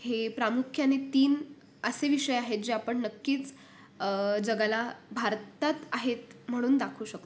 हे प्रामुख्याने तीन असे विषय आहेत जे आपण नक्कीच जगाला भारतात आहेत म्हणून दाखवू शकतो